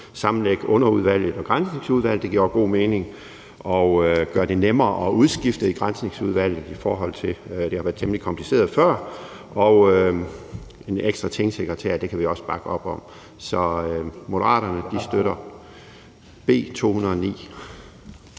sammenlægge underudvalget og Granskningsudvalget. Det giver også god mening at gøre det nemmere at udskifte i Granskningsudvalget, i forhold til at det har været temmelig kompliceret før, og en ekstra tingsekretær kan vi også bakke op om. Så Moderaterne støtter B 209.